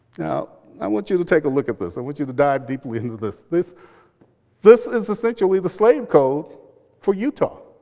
now i want you to take a look at this. i want you to dive deeply into this. this this is essentially the slave code for utah.